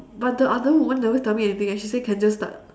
but the other woman never tell me anything eh she say can just start